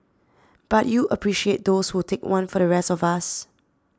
but you appreciate those who would take one for the rest of us